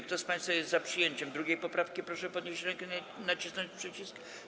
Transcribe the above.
Kto z państwa jest za przyjęciem 2. poprawki, proszę podnieść rękę i nacisnąć przycisk.